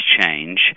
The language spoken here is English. change